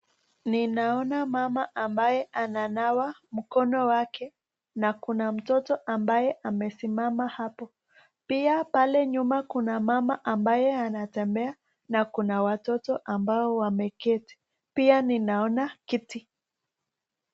Mama ambaye ananawa mkono wake na kuna mtoto ambaye amesimama hapo. Pia pale nyuma kuna mama ambaye anatembea na kuna watoto ambao wameketi. Kuna kiti pia.